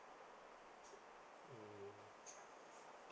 mm